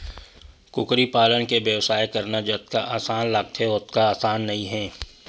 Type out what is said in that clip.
कुकरी पालन के बेवसाय करना जतका असान लागथे ओतका असान नइ हे